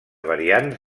variants